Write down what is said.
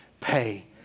pay